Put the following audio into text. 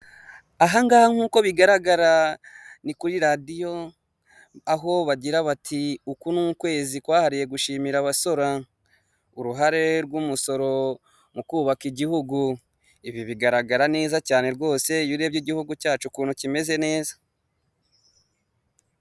Kugira ngo utere imbere bisaba kuba wakoze aya mapikipiki atatu aragaragaza ko aba bantu bayatwara baba bari mu kazi, ibi bibahesha kubaho ndetse bigatuma n'imiryango y'abo igira ubuzima bwiza.